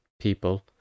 people